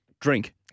Drink